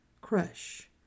crush